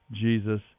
Jesus